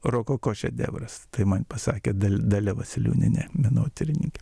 rokoko šedevras tai man pasakė dalia vasiliūnienė menotyrininkė